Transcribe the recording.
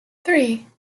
three